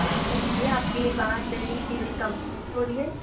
جی جی آپ کی بات دہلی ایونٹ کمپنی سے ہو رہی ہے